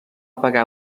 pagar